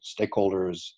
stakeholders